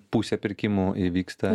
pusė pirkimų įvyksta